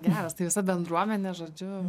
geras tai visa bendruomenė žodžiu